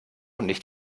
nicht